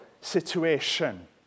situation